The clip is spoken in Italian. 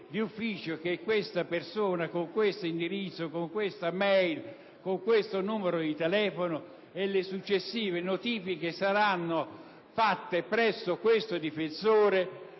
d'ufficio, che è questa persona, con questo indirizzo, questa *e-mail* e questo numero di telefono; le successive notifiche saranno fatte presso questo difensore